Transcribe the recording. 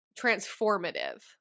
transformative